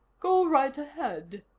go right ahead,